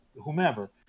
whomever